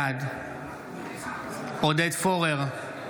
בעד עודד פורר,